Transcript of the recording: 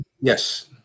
Yes